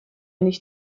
nicht